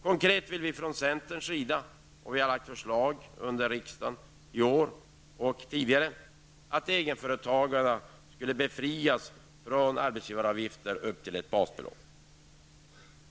Konkret vill vi från centerns sida -- vi har väckt förslag i riksdagen i år och tidigare om detta -- att egenföretagarna skall befrias från arbetsgivaravgiften upp till ett basbelopp.